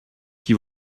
qui